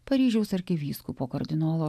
paryžiaus arkivyskupo kardinolo